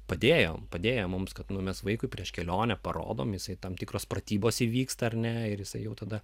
padėjo padėjo mums kad nu mes vaikui prieš kelionę parodom jis tam tikros pratybos įvyksta ar ne ir jisai jau tada